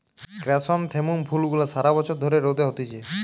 chrysanthemum ফুল গুলা সারা বছর ধরে রোদে হতিছে